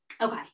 okay